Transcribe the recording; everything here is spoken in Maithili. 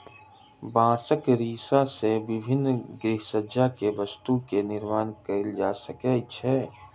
बांसक रेशा से विभिन्न गृहसज्जा के वस्तु के निर्माण कएल जा सकै छै